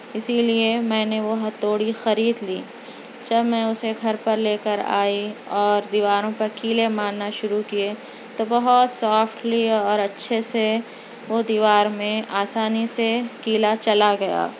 اِسی لیے میں نے وہ ہتھوڑی خرید لی جب میں اُسے گھر پر لے کر آئی اور دیواروں پر کیلیں مارنا شروع کیے تو بہت سافٹلی اور اچھے سے وہ دیوار میں آسانی سے کِیلا چلا گیا